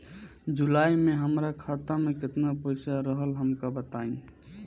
जुलाई में हमरा खाता में केतना पईसा रहल हमका बताई?